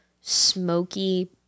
smoky